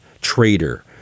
traitor